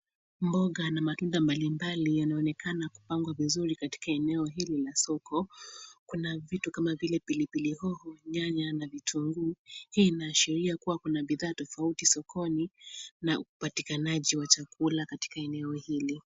Mboga na matunda mbalimbali yanaonekana kupangwa vizuri katika eneo hili la soko. Kuna vitu kama vile pilipili hoho, nyanya na vitunguu. Hii inaashiria kuwa kuna bidhaa tofauti sokoni na upatikanaji wa chakula katika eneo hili.